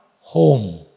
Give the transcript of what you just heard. home